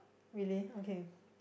really okay